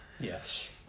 Yes